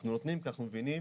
ואנחנו נותנים, כי אנחנו מבינים